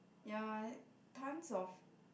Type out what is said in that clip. ya tons of